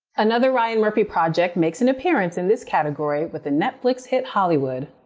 another ryan murphy project makes an appearance in this category with the netflix hit hollywood.